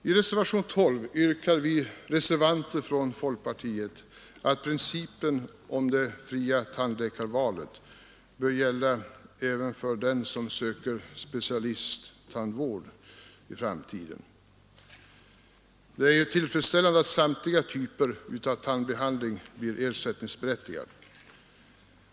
I reservationen XII yrkar vi representanter från folkpartiet att principen om det fria tandläkarvalet bör gälla även för den som söker specialisttandvård i framtiden. Det är tillfredsställande att samtliga typer av tandbehandling blir ersättningsberättigade.